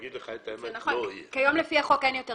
זה נכון, כיום לפי החוק אין יותר סמכות.